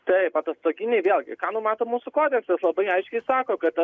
taip atostoginiai vėlgi ką numato mūsų kodeksas labai aiškiai sako kad